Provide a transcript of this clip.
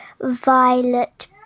violet